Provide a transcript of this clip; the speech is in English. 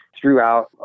throughout